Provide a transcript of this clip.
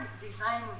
Design